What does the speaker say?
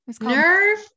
nerve